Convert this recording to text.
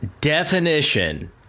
definition